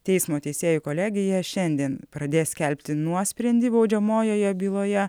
teismo teisėjų kolegija šiandien pradės skelbti nuosprendį baudžiamojoje byloje